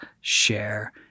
share